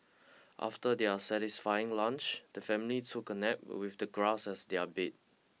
after their satisfying lunch the family took a nap with the grass as their bed